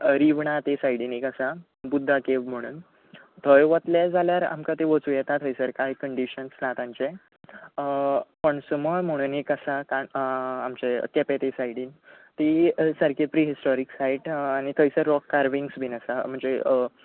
रिवणां ते सायडीन एक आसा बुद्दा केव म्हुणून थंय वतले जाल्यार आमकां तें वचूं येता थंयसर कांय कंडिशन्स ना तांचे पण्समळ म्हुणून एक आसा काण आमचें केंपे ते सायडीन ती सारकी प्रिहिस्टॉरीक सायट आनी थंयसर रॉक कार्विंग्स बीन आसा म्हणजे